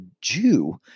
Jew